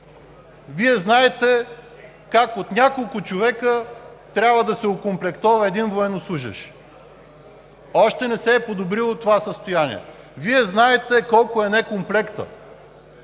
Вие знаете как от няколко човека трябва да се окомплектова един военнослужещ. Още не се е подобрило това състояние. Вие знаете колко е недокомплектът